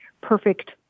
perfect